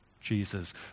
Jesus